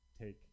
take